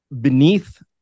beneath